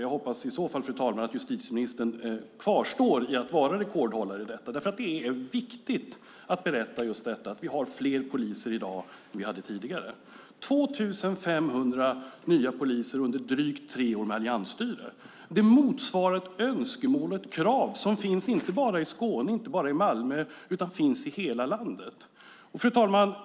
Jag hoppas i så fall, fru talman, att justitieministern kvarstår som rekordhållare i detta, för det är viktigt att berätta att vi har fler poliser i dag än vi hade tidigare. 2 500 nya poliser under drygt tre år med alliansstyre motsvarar ett önskemål och ett krav som finns inte bara i Malmö och i Skåne utan i hela landet. Fru talman!